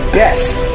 best